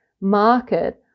market